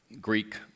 Greek